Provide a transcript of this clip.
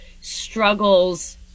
struggles